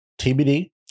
TBD